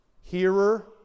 hearer